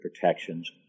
protections